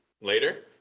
later